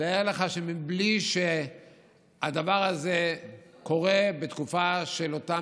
תאר לך שהדבר הזה קורה בתקופה של אותם